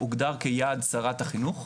הוגדר כיעד שרת החינוך,